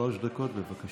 שלוש דקות, בבקשה.